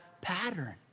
pattern